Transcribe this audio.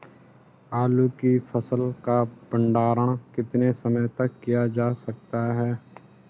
आलू की फसल का भंडारण कितने समय तक किया जा सकता है?